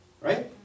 right